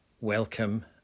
Welcome